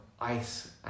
ice